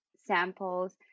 samples